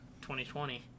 2020